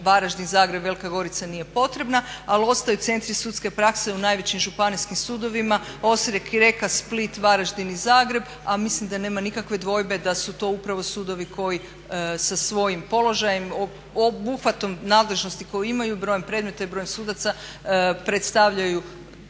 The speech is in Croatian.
Varaždin, Zagreb, Velika Gorica nije potrebna. Ali ostaju centri sudske prakse u najvećim županijskim sudovima Osijek, Rijeka, Split, Varaždin i Zagreb a mislim da nema nikakve dvojbe da su to upravo sudovi koji sa svojim položajem obuhvatom nadležnosti koje imaju brojem predmeta i brojem sudaca predstavljaju